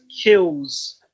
kills